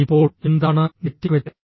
ഇപ്പോൾ എന്താണ് നെറ്റിക്വെറ്റ്